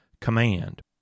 command